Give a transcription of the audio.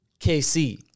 kc